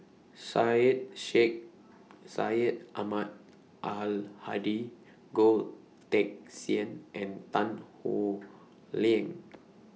Syed Sheikh Syed Ahmad Al Hadi Goh Teck Sian and Tan Howe Liang